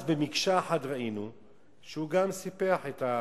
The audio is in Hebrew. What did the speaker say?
ואז ראינו שבמקשה אחת הוא גם סיפח את תוכנית,